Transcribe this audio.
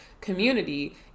community